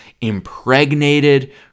impregnated